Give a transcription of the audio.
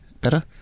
better